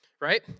right